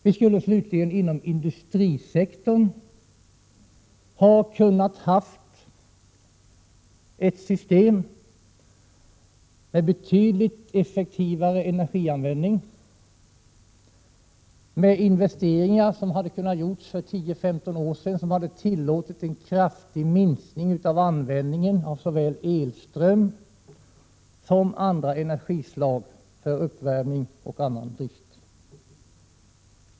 Vi skulle slutligen inom industrisektorn kunna ha ett system med betydligt effektivare energianvändning, med investeringar som hade kunnat göras för 10—15 år sedan och som hade tillåtit en kraftig minskning av användningen av såväl elström som andra energislag för uppvärmning och drift.